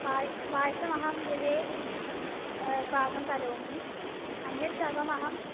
पायसं पायसमहं गृहे पाकं करोमि अन्यत्सर्वमहम्